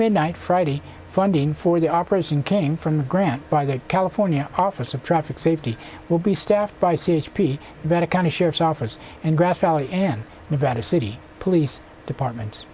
midnight friday funding for the operation came from the ground by the california office of traffic safety will be staffed by c h p better county sheriff's office and grass valley and nevada city police department